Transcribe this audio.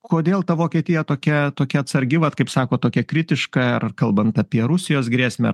kodėl ta vokietija tokia tokia atsargi vat kaip sako tokia kritiška ar kalbant apie rusijos grėsmę